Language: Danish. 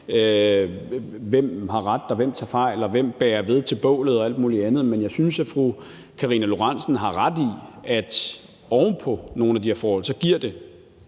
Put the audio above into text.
der har ret, og hvem der tager fejl, og hvem der bærer ved til bålet og alt muligt andet. Jeg synes, at fru Karina Lorentzen Dehnhardt har ret i, at oven på nogle af de her forhold giver det